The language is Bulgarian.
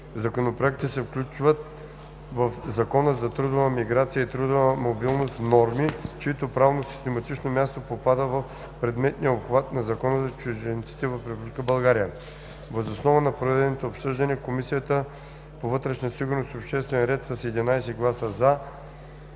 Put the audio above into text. Законопроекта се включват в Закона за трудовата миграция и трудовата мобилност норми, чието правно систематично място попада в предметния обхват на Закона за чужденците в Република България. Въз основа на проведеното обсъждане Комисията по вътрешна сигурност и обществен ред с 11 „за”, 2